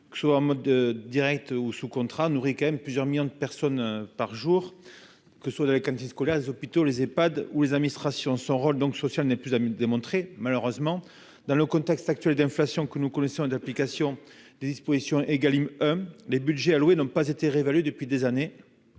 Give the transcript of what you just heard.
mode soit en mode ou sous contrat nourrit quand même plusieurs millions de personnes par jour, que ce soit dans les cantines scolaires, les hôpitaux, les EPHAD ou les administrations son rôle donc sociale n'est plus à démontrer, malheureusement, dans le contexte actuel d'inflation que nous connaissions et d'application des dispositions Egalim les Budgets alloués n'ont pas été réévalué depuis des années